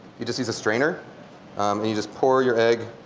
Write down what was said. you just use a strainer and you just pour your egg